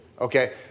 Okay